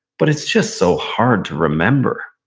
but it's just so hard to remember.